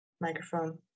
microphone